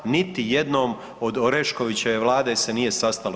Niti jednom od Oreškovićeve vlade se nije sastalo.